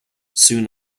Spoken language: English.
soon